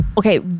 Okay